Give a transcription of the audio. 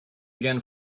again